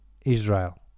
israel